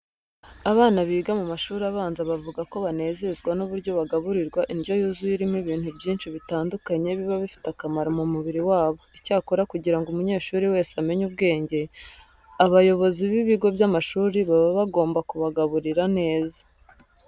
Abana biga mu mashuri abanza bavuga ko banezezwa n'uburyo bagaburirwa indyo yuzuye irimo ibintu byinshi bitandukanye biba bifite akamaro mu mubiri wabo. Icyakora kugira ngo umunyeshuri wese amenye ubwenge, abayobozi b'ibigo by'amasuri baba bagomba kubagaburira neza.